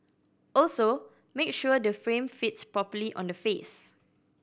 also make sure the frame fits properly on the face